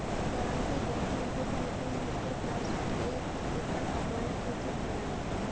दरांती, bagging hook, reaping hook या grass hook एक एकल हाथ वाला कृषि उपकरण है